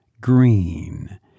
green